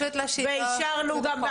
ואישרנו אותו.